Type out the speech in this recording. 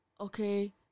okay